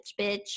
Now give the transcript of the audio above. bitch